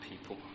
people